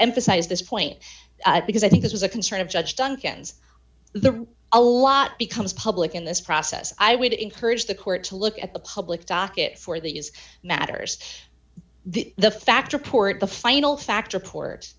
emphasize this point because i think it was a concern of judge duncan's the a lot becomes public in this process i would encourage the court to look at the public docket for these matters the fact report the final fact report